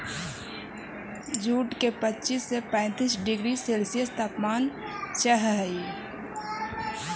jute के पच्चीस से पैंतीस डिग्री सेल्सियस तापमान चाहहई